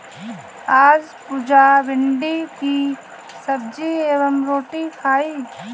आज पुजा भिंडी की सब्जी एवं रोटी खाई